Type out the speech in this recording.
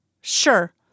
sure